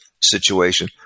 situation